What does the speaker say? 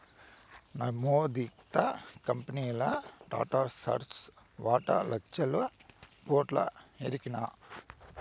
నమోదిత కంపెనీల్ల టాటాసన్స్ వాటా లచ్చల కోట్లుగా ఎరికనా